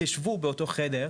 תשבו באותו החדר,